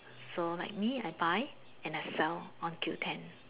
so like me I buy and I sell on Q ten